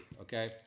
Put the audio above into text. okay